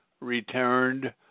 returned